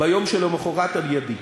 ביום שלמחרת, על-ידי.